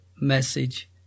message